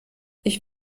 ich